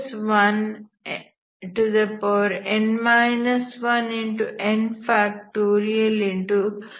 nCnn